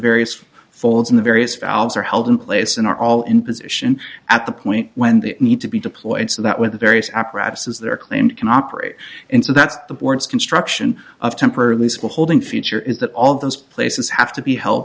various folds in the various valves are held in place and are all in position at the point when they need to be deployed so that when the various apparatuses their claim can operate and so that's the board's construction of temporarily school holding future is that all those places have to be held